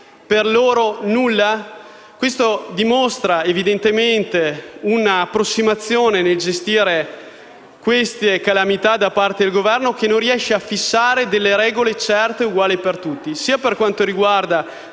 non c'è nulla? Ciò dimostra una evidente approssimazione nel gestire le calamità da parte del Governo, che non riesce a fissare regole certe e uguali per tutti, per quanto riguarda